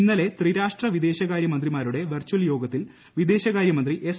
ഇന്നലെ ത്രിരാഷ്ട്ര വിദേശകാര്യമന്ത്രിമാരുടെ വെർച്ചൽ യോഗത്തിൽ വിദേശകാര്യമന്ത്രി എസ്